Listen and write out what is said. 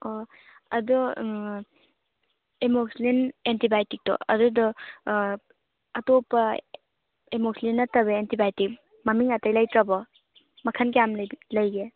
ꯑꯣ ꯑꯗꯣ ꯑꯦꯃꯣꯛꯁꯂꯤꯟ ꯑꯦꯟꯇꯤꯕꯥꯏꯑꯣꯇꯤꯛꯇꯣ ꯑꯗꯨꯗꯣ ꯑꯇꯣꯞꯄ ꯑꯦꯃꯣꯛꯁꯂꯤꯟ ꯅꯠꯇꯕ ꯑꯦꯟꯇꯤꯕꯥꯏꯑꯣꯇꯤꯛ ꯃꯃꯤꯡ ꯑꯩꯇꯩ ꯂꯩꯇ꯭ꯔꯕꯣ ꯃꯈꯜ ꯀꯌꯥꯝ ꯂꯩꯒꯦ